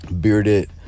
bearded